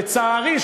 לצערי,